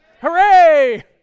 Hooray